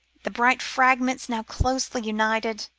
the bright fragments now closely united,